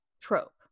trope